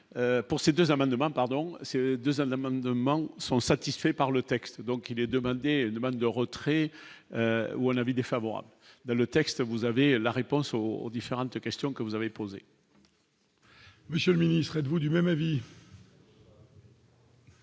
pour ces 2 amendements, pardon, c'est 2 à l'amendement 100 satisfait par le texte, donc il est demandé une demande de retrait ou un avis défavorable dans le texte, vous avez la réponse aux différentes questions que vous avez posée. Monsieur le ministre, êtes-vous du même avis.